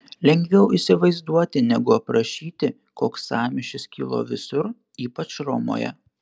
lengviau įsivaizduoti negu aprašyti koks sąmyšis kilo visur ypač romoje